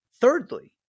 Thirdly